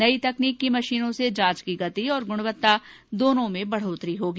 नई तकनीक की मशीनों से जांच की गति तथा गुणवत्ता दोनों में बढ़ोतरी होगी